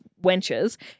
wenches